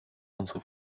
unsere